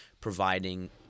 providing